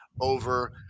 over